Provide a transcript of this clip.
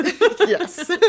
Yes